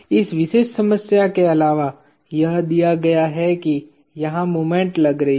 इस विशेष समस्या के अलावा यह दिया गया है कि यहाँ मोमेंट लग रही है